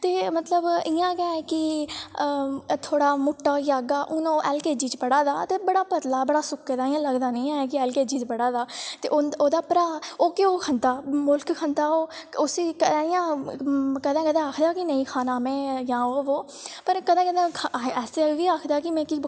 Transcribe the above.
ते मतलब इ'यां गै कि थोह्ड़ा मुट्टा होई जाह्गा हून ओह् एल के जी च पढ़ा दा ते बड़ा पतला बड़ा सुक्के दा इ'यां लगदा ते निं ऐ कि एल के जी पढ़ा दा ते ओह्दा भ्राऽ ओह् घ्यो खंदा मुल्ख खंदा ओह् उसी इ'यां कदें कदें आखदा कि नेईं खाना में जां ओह् पर कदें कदें ऐसा बी आखदा कि में